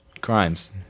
crimes